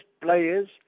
players